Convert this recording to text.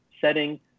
setting